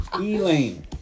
Elaine